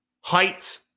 Height